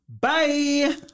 Bye